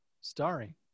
starring